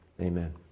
Amen